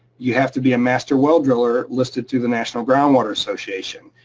you have to be a master well driller listed through the national ground water association,